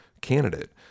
candidate